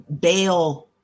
bail